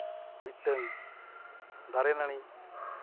ᱢᱤᱫᱴᱟᱹᱝ ᱫᱟᱨᱮᱼᱱᱟᱹᱲᱤ